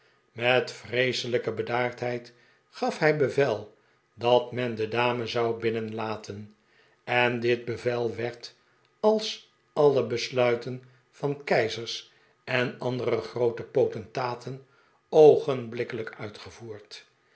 met vreeselijke bedaardheid gaf hij bevel dat men de dame zou binnenlaten en dit bevel werd als alle besluiten van keizers en andere groote potentaten oogenblikkelijk uitgevoerd